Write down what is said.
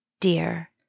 Dear